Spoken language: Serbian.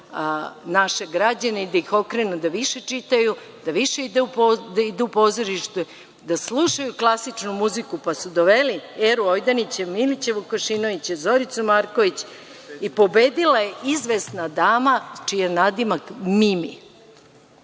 naše građane i da ih okrenu da više čitaju, da više idu u pozorište, da slušaju klasičnu muziku, pa su doveli Eru Ojdanića, Milića Vukašinovića, Zoricu Marković i pobedila je izvesna dama čiji je nadimak Mimi.